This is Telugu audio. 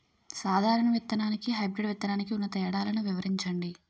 సాధారణ విత్తననికి, హైబ్రిడ్ విత్తనానికి ఉన్న తేడాలను వివరించండి?